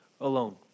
alone